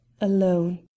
alone